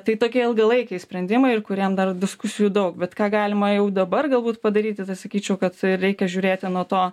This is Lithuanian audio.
tai tokie ilgalaikiai sprendimai ir kuriem dar diskusijų daug bet ką galima jau dabar galbūt padaryti tai sakyčiau kad reikia žiūrėti nu to